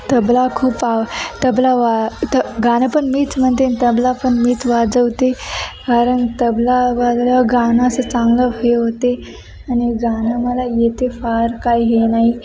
तबला खूप आव तबला वा त गाणं पण मीच म्हणते आणि तबला पण मीच वाजवते कारण तबला वाजल्यावर गाणं असं चांगलं हे होते आणि गाणं मला येते फार काय हे नाही